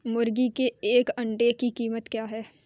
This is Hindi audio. मुर्गी के एक अंडे की कीमत क्या है?